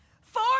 Four